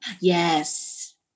Yes